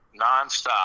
nonstop